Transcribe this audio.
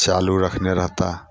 चालू रखने रहता